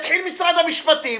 יתחיל משרד הנשפטים,